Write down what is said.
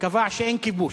קבע שאין כיבוש,